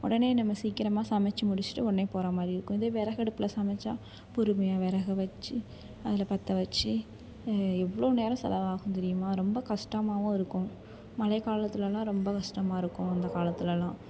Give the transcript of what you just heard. உடனே நம்ம சீக்கிரமாக சமைத்து முடிச்சுட்டு உடனே போற மாதிரி இருக்கும் இதே விறகு அடுப்பில் சமைத்தா பொறுமையாக விறக வைச்சி அதில் பற்ற வைச்சி எவ்வளோ நேரம் செலவாகும் தெரியுமா ரொம்ப கஷ்டமாவும் இருக்கும் மழைக்காலத்துலலாம் ரொம்ப கஷ்டமா இருக்கும் அந்த காலத்திலலாம்